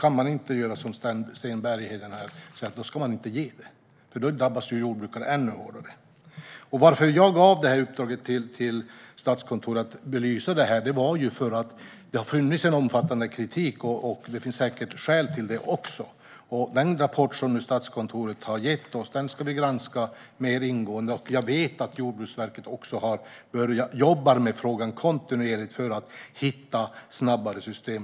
Man kan inte, som Sten Bergheden vill, säga att man inte ska ge detta stöd. Annars drabbas ju jordbrukarna ännu hårdare. Anledningen till att jag gav Statskontoret i uppdrag att belysa detta var att omfattande kritik har framförts, och det finns säkert goda skäl till denna kritik. Den rapport som Statskontoret nu har gett oss ska vi granska mer ingående. Jag vet att Jordbruksverket också jobbar med frågan kontinuerligt för att hitta snabbare system.